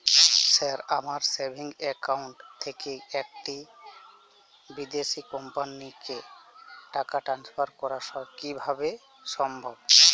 Sir আমার savings account থেকে একটি বিদেশি কোম্পানিকে টাকা ট্রান্সফার করা কীভাবে সম্ভব?